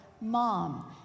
Mom